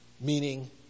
Meaning